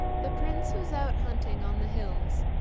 the prince was out hunting on the hills.